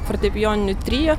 fortepijoniniu trio